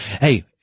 Hey